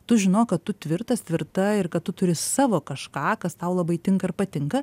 tu žinok kad tu tvirtas tvirta ir kad tu turi savo kažką kas tau labai tinkair patinka